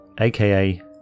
aka